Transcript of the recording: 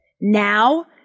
now